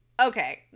Okay